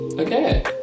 okay